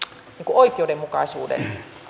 oikeudenmukaisuuden